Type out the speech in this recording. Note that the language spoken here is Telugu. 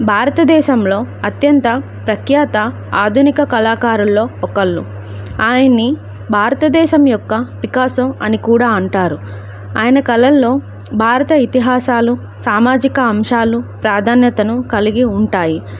భారతదేశంలో అత్యంత ప్రఖ్యాత ఆధునిక కళాకారుల్లో ఒకళ్ళు ఆయనని భారతదేశం యొక్క పికాసో అని కూడా అంటారు ఆయన కళల్లో భారత ఇతిహాసాలు సామాజిక అంశాలు ప్రాధాన్యతను కలిగి ఉంటాయి